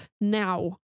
Now